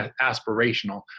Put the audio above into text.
aspirational